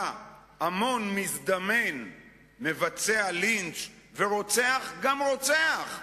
המון מזדמן מבצע לינץ' ורוצח גם רוצח?